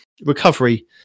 recovery